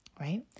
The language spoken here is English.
right